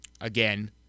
again